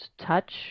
touch